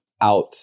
out